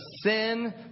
sin